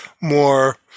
more